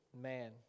man